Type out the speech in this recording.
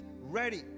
ready